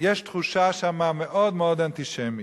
יש שם תחושה מאוד מאוד אנטישמית.